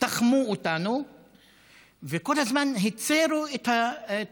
תחמו אותנו וכל הזמן הצרו את התחום.